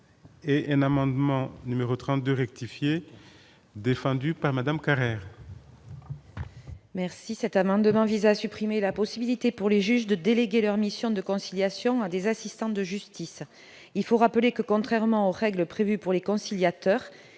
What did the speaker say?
: La parole est à Mme Maryse Carrère. Cet amendement vise à supprimer la possibilité, pour les juges, de déléguer leur mission de conciliation à des assistants de justice. Il faut rappeler que, contrairement aux règles prévues pour les conciliateurs,